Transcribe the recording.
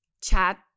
chat